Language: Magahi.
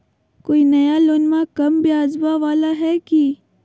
कोइ नया लोनमा कम ब्याजवा वाला हय की?